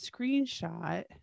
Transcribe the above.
screenshot